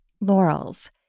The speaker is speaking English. laurels